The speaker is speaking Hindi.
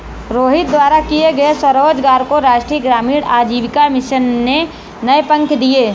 रोहित द्वारा किए गए स्वरोजगार को राष्ट्रीय ग्रामीण आजीविका मिशन ने नए पंख दिए